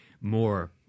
more